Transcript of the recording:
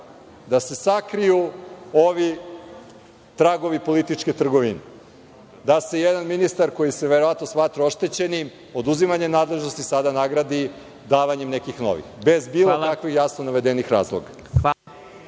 da se sakriju ovi tragovi političke trgovine, da se jedan ministar koji se verovatno smatra oštećenim oduzimanjem nadležnosti sada nagradi davanjem nekih novih, bez bilo kakvih jasno navedenih razloga.